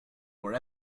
more